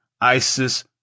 ISIS